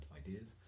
ideas